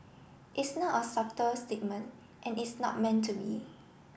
it's not a subtle statement and it's not meant to be